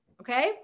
okay